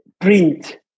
print